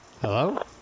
Hello